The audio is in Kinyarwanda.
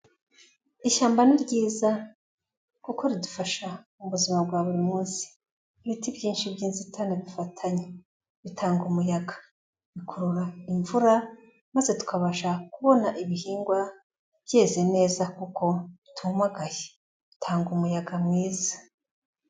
Ishyamba ni ryiza kuko ridufasha mu buzima bwa buri munsi, ibiti byinshi by'inzitane bifatanye, bitanga umuyaga, bikurura imvura maze tukabasha kubona ibihingwa byeze neza kuko bitumugaye, bitanga umuyaga mwiza.